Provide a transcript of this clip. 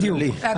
בדיוק.